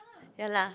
ya lah